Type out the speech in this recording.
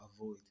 avoid